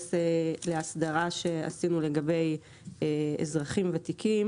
להתייחס להסדרה שעשינו לגבי אזרחים ותיקים.